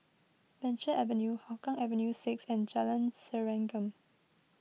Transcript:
Venture Avenue Hougang Avenue six and Jalan Serengam